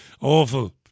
Awful